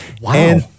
Wow